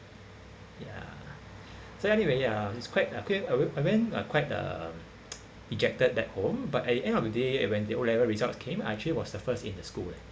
ya so anyway ya it's quite appa~ I went quite uh dejected at home but at the end of the day when the O level results came I actually was the first in the school leh